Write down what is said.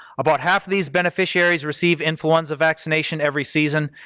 about half of these beneficiaries receive influenza vaccination every season.